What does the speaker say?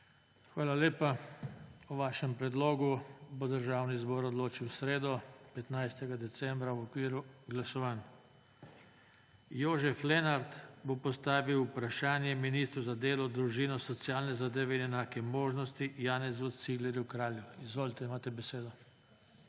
Hvala lepa. O vašem predlogu bo Državni zbor odločil v sredo, 15. decembra, v okviru glasovanj. Jožef Lenart bo postavil vprašanje ministru za delo, družino, socialne zadeve in enake možnosti Janezu Ciglerju Kralju. Izvolite, imate besedo.